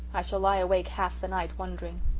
i shall lie awake half the night wondering.